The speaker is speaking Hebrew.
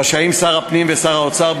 רשאים שר הפנים ושר האוצר,